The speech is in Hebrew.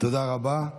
תודה רבה.